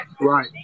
Right